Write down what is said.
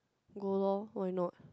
go lor why not